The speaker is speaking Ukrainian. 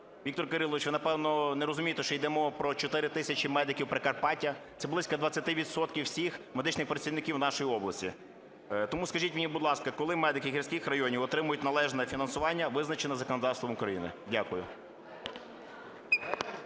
Віктор Кирилович, ви напевно, не розумієте, що йде мова про чотири тисячі медиків Прикарпаття - це близько 20 відсотків всіх медичних працівників нашої області. Тому скажіть мені, будь ласка, коли медики гірських районів отримають належне фінансування, визначене законодавством України? Дякую.